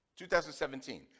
2017